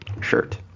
shirt